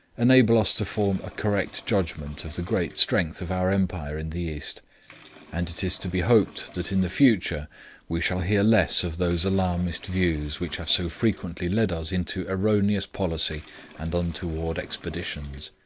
enable us to form a correct judgment of the great strength of our empire in the east and it is to be hoped that in the future we shall hear less of those alarmist views which have so frequently led us into erroneous policy and untoward expeditions.